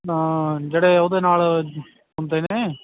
ਜਿਹੜੇ ਉਹਦੇ ਨਾਲ ਹੁੰਦੇ ਨੇ